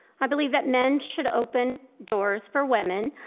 i believe that men should open doors for women.